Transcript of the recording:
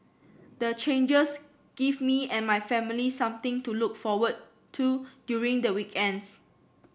the changes give me and my family something to look forward to during the weekends